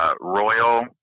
Royal